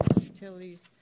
utilities